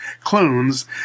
clones